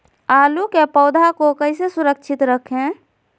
आलू के पौधा को कैसे सुरक्षित रखें?